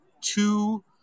two